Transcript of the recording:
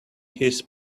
his